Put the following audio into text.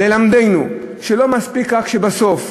ללמדנו שלא מספיק רק הסוף,